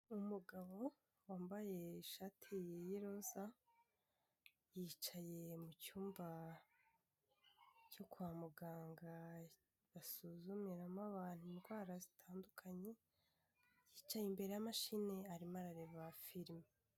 Umugabo wambaye ishati y'iroza, yicaye mu cyumba cyo kwa muganga basuzumiramo abantu indwara zitandukanye, yicaye imbere yamashini arimo arareba firime.